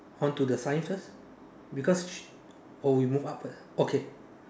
on to the sign because sh~ oh we move up first okay